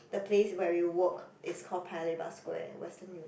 the place where we work it's call Paya-Lebar Square Western U~